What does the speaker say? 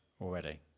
already